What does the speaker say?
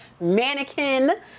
mannequin